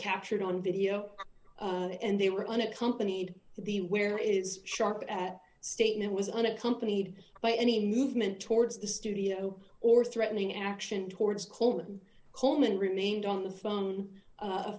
captured on video and they were unaccompanied the where is sharp at statement was unaccompanied by any movement towards the studio or threatening action towards coleman coleman remained on the phone